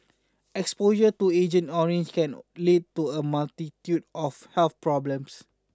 exposure to Agent Orange can lead to a multitude of health problems